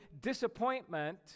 disappointment